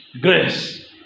grace